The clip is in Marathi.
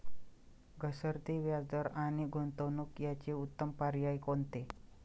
घसरते व्याजदर आणि गुंतवणूक याचे उत्तम पर्याय कोणते?